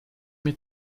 mir